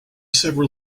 several